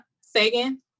Sagan